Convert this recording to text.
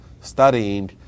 studying